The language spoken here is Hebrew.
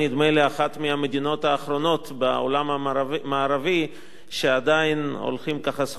אחת מהמדינות האחרונות בעולם המערבי שעדיין הולכות סחור-סחור,